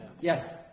Yes